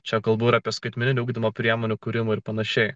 čia kalbu ir apie skaitmeninių ugdymo priemonių kūrimo ir pan